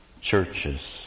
churches